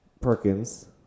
Perkins